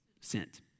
Sent